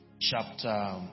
chapter